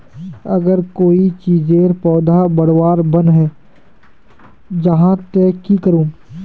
अगर कोई चीजेर पौधा बढ़वार बन है जहा ते की करूम?